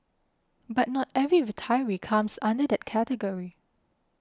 but not every retiree comes under that category